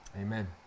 Amen